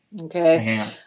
Okay